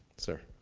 sir?